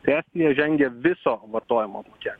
te estija žengia viso vartojimo čia